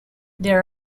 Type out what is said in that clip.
there